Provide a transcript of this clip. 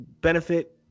benefit